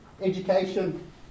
Education